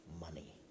money